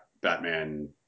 Batman